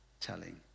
telling